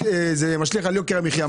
משליך על יוקר המחייה?